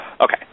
Okay